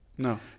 no